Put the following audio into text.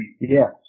yes